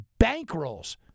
bankrolls